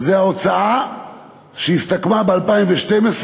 זה ההוצאה שהסתכמה ב-2012,